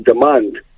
demand